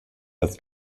als